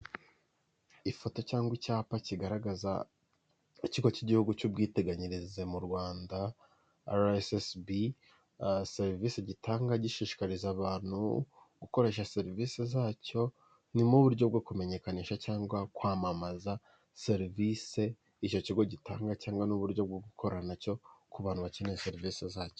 Ifoto cyangwa icyapa kigaragaza ikigo k'igihugu cy'ubwiteganyirize mu rwanda ara esesesibi, serivise gitanga gishishikariza abantu gukoresha serivise zacyo ni nk'uburyo bwo kumenyekanisha cyangwa kwamamaza serivise icyo kigo gitanga cyangwa n'uburyo bwo gukorana nacyo ku bantu bakeneye serivise zacyo.